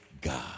God